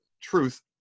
truth